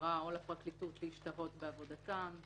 למשטרה או לפרקליטות להשתהות בעבודתן.